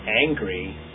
angry